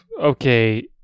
Okay